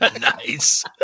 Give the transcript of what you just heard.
Nice